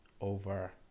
over